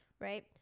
Right